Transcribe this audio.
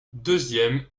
deuxième